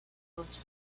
rocha